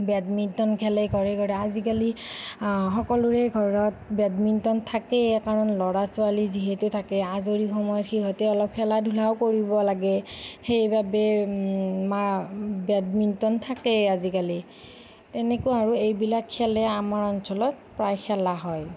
badminton খেলে ঘৰে ঘৰে আজিকালি সকলোৰে ঘৰত বেডমিণ্টন থাকেই কাৰণ ল'ৰা ছোৱালী যিহেতু থাকে আজৰি সময়ত সিহঁতে অলপ খেলা ধূলাও কৰিব লাগে সেইবাবে মা বেডমিণ্টন থাকেই আজিকালি তেনেকুৱা আৰু এইবিলাক খেলে আমাৰ অঞ্চলত প্ৰায় খেলা হয়